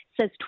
says